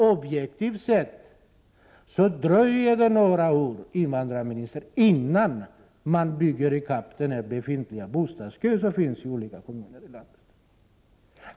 Objektivt sett dröjer det nämligen några år, invandrarministern, innan man bygger ikapp den bostadskö som finns i olika kommuner i landet.